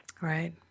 Right